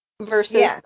versus